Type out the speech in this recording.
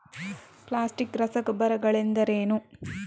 Plastic ರಸಗೊಬ್ಬರಗಳೆಂದರೇನು?